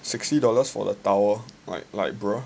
sixty dollars for the tower like like bro